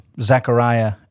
Zechariah